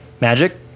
magic